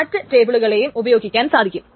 മറ്റു ടേബിളുകളെയും ഉപയോഗിക്കുവാൻ സാധിക്കും